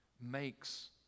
makes